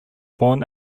born